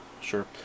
Sure